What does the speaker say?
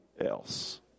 else